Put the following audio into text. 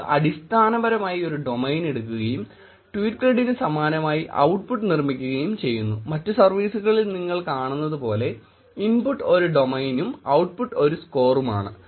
ഇത് അടിസ്ഥാനപരമായി ഒരു ഡൊമൈൻ എടുക്കുകയും ട്വീറ്റ് ക്രെഡിനു സമാനമായി ഔട്ട്പുട്ട് നിർമിക്കുകയും ചെയ്യുന്നു മറ്റു സർവീസുകളിൽ നിങ്ങൾ കാണുന്നതുപോലെ ഇൻപുട്ട് ഒരു ഡൊമൈനും ഔട്ട്പുട്ട് ഒരു സ്കോറും ആണ്